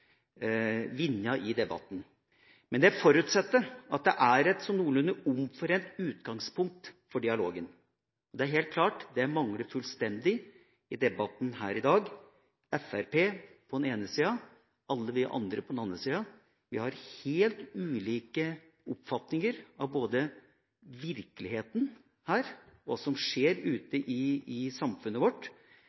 vinne i debatten. Men det forutsetter at det er et noenlunde omforent utgangspunkt for dialogen. Det er helt klart at det mangler fullstendig i debatten her i dag. Fremskrittspartiet på den ene siden og alle vi andre på den andre siden har helt ulike oppfatninger av virkeligheten her, av hva som skjer ute i samfunnet vårt,